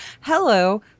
hello